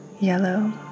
yellow